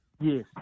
Yes